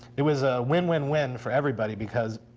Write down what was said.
it was a win-win-win for everybody, because